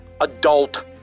adult